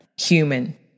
human